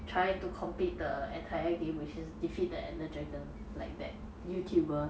trying to complete the entire game which is defeat the ender dragon like that youtuber